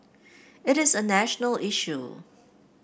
it is a national issue